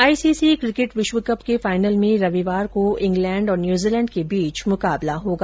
ICC cricket विश्वकप के final में रविवार को इंग्लैण्ड और न्यूजीलैंण्ड के बीच मुकाबला होगा